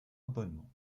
abonnement